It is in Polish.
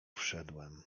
wszedłem